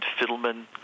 Fiddleman